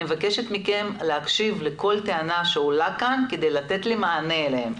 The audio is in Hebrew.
אני מבקשת מכם להקשיב לכל טענה שעולה כאן כדי לתת מענה להן.